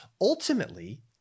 Ultimately